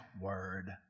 word